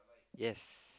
yes